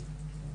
כן.